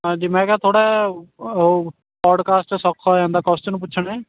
ਹਾਂਜੀ ਮੈਂ ਕਿਹਾ ਥੋੜ੍ਹਾ ਜਿਹਾ ਉਹ ਪੌਡਕਾਸਟ ਸੌਖਾ ਹੋ ਜਾਂਦਾ ਕੋਸਚਨ ਪੁੱਛਣੇ